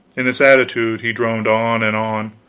in this attitude he droned on and on,